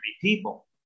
people